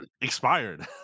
expired